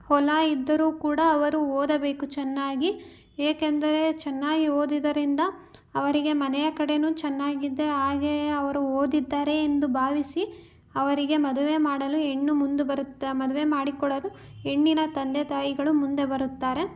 ಹೊಲ ಇದ್ದರೂ ಕೂಡ ಅವರು ಓದಬೇಕು ಚೆನ್ನಾಗಿ ಏಕೆಂದರೆ ಚೆನ್ನಾಗಿ ಓದಿದ್ದರಿಂದ ಅವರಿಗೆ ಮನೆಯ ಕಡೆಯೂ ಚೆನ್ನಾಗಿದೆ ಹಾಗೇ ಅವರು ಓದಿದ್ದಾರೆ ಎಂದು ಭಾವಿಸಿ ಅವರಿಗೆ ಮದುವೆ ಮಾಡಲು ಹೆಣ್ಣು ಮುಂದೆ ಬರುತ್ತಾ ಮದುವೆ ಮಾಡಿಕೊಡಲು ಹೆಣ್ಣಿನ ತಂದೆ ತಾಯಿಗಳು ಮುಂದೆ ಬರುತ್ತಾರೆ